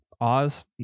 oz